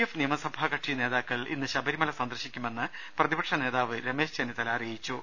F നിയമസഭാ കക്ഷി നേതാക്കൾ ഇന്ന് ശബരിമല സന്ദർശിക്കുമെന്ന് പ്രതിപക്ഷ നേതാവ് രമേശ് ചെന്നിത്തല അറിയിച്ചു